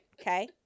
Okay